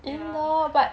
ya